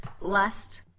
Lust